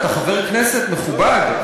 אתה חבר כנסת מכובד,